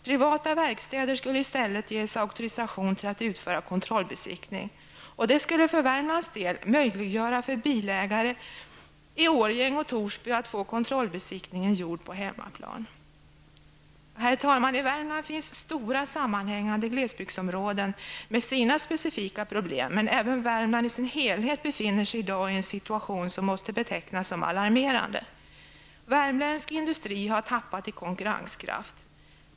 Privata verkstäder skulle i stället ges auktorisation till att utföra kontrollbesiktning. Det skulle för Värmlands del möjliggöra för bilägare i Årjäng och Torsby att få kontrollbesiktningen gjord på hemmaplan. Herr talman! I Värmland finns stora sammanhängande glesbygdsområden med sina specifika problem. Men även Värmland i sin helhet befinner sig i dag i en situation som måste betecknas som alarmerande. Värmländsk industri har tappat i konkurrenskraft.